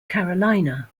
carolina